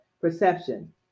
perception